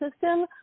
system